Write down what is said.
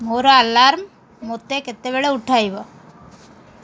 ମୋର ଆଲାର୍ମ ମୋତେ କେତେବେଳେ ଉଠାଇବ